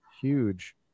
Huge